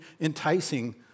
enticing